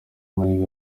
muri